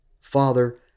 Father